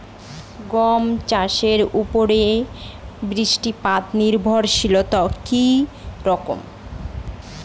গম চাষের উপর বৃষ্টিপাতে নির্ভরশীলতা কী রকম?